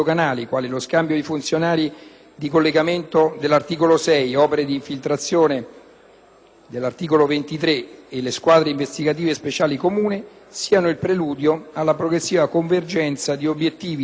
all'articolo 23 e le squadre investigative speciali comuni, sia il preludio alla progressiva convergenza di obiettivi degli Stati membri anche in tema di politica estera e difesa.